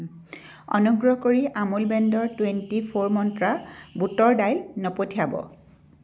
অনুগ্ৰহ কৰি আমুল ব্ৰেণ্ডৰ টুৱেণ্টি ফ'ৰ মন্ত্ৰা বুটৰ দাইল নপঠিয়াব